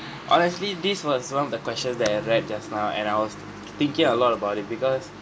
honestly this was one of the questions that I read just now and I was thinking a lot about it because